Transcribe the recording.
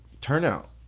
turnout